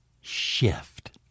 shift